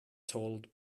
told